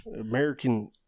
American